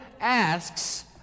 asks